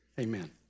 amen